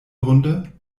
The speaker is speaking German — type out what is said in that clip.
runde